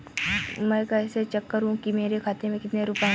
मैं कैसे चेक करूं कि मेरे खाते में कितने रुपए हैं?